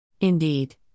Indeed